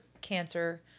cancer